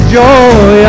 joy